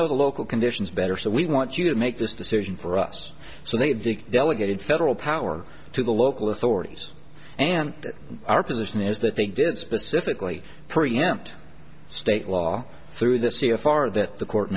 know the local conditions better so we want you to make this decision for us so they think delegated federal power to the local authorities and our position is that they did specifically preempt state law through the c e o far that the court